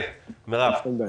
כן, מירב.